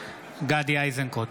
גדי איזנקוט,